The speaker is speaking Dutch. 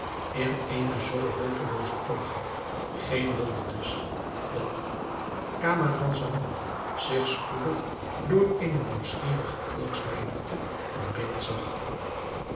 in eene zoo hopelooze poging geen wonder dus dat camaralzaman zich spoedig door eene nieuwsgierige volksmenigte omringd zag